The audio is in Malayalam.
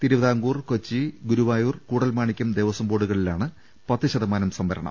തിരുവിതാംകൂർ കൊച്ചി ഗുരു വായൂർ കൂടൽമാണിക്യം ദേവസ്വം ബോർഡുകളിലാണ് പത്ത് ശതമാനം സംവരണം